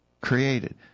created